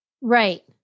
Right